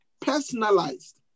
personalized